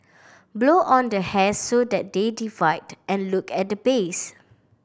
blow on the hairs so that they divide and look at the base